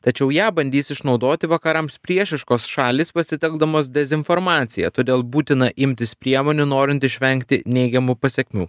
tačiau ją bandys išnaudoti vakarams priešiškos šalys pasitelkdamos dezinformaciją todėl būtina imtis priemonių norint išvengti neigiamų pasekmių